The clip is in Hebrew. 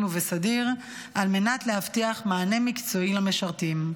ובסדיר על מנת להבטיח מענה מקצועי למשרתים,